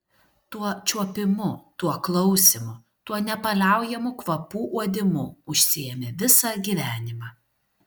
tuo čiuopimu tuo klausymu tuo nepaliaujamu kvapų uodimu užsiėmė visą gyvenimą